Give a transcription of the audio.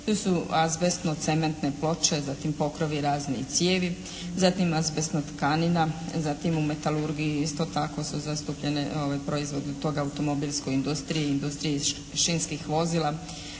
Tu su azbestno-cementne ploče, zatim pokrovi razni i cijevi. Zatim azbestna tkanina. Zatim u metalurgiji isto tako su zastupljeni proizvodi od toga u automobilskoj industriji, industriji šinskih vozila,